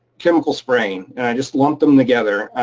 chemical spraying, and i just lumped them together,